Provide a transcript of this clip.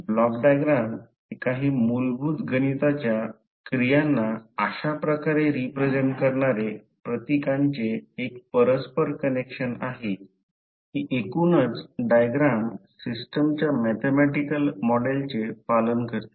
block diagram हे काही मूलभूत गणिताच्या क्रियांना अशा प्रकारे रिप्रेझेंट करणारे प्रतीकांचे एक परस्पर कनेक्शन आहे की एकूणच डायग्राम सिस्टमच्या मॅथॅमॅटिकल मॉडेलचे पालन करते